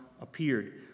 appeared